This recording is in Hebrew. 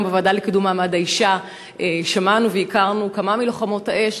היום בוועדה לקידום מעמד האישה שמענו והכרנו כמה מלוחמות האש.